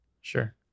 Sure